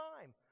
time